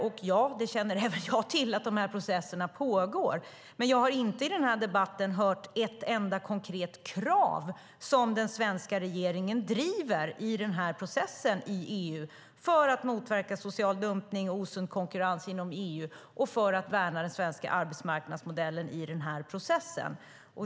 Ja, även jag känner till att dessa processer pågår, men jag har i den här debatten inte hört ett enda konkret krav som den svenska regeringen driver i EU för att motverka social dumpning och osund konkurrens inom EU och för att värna den svenska arbetsmarknadsmodellen i processen.